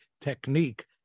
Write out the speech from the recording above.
technique